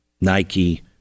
Nike